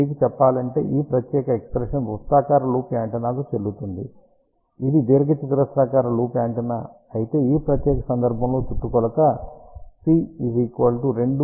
మీకు చెప్పాలంటే ఈ ప్రత్యేక ఎక్ష్ప్రెషన్ వృత్తాకార లూప్ యాంటెన్నాకు చెల్లుతుంది ఇది దీర్ఘచతురస్రాకార లూప్ యాంటెన్నా అయితే ఆ ప్రత్యేక సందర్భంలో చుట్టుకొలత C 2 l w అవుతుంది